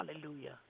hallelujah